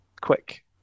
quick